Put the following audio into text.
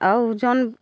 और जौन